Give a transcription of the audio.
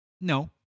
No